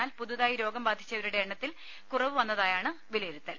എന്നാൽ പുതുതായി രോഗം ബാധിച്ചവരുടെ എണ്ണത്തിൽ കുറവ് വന്നതായാണ് വിലയിരുത്തൽ